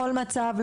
בכל מצב,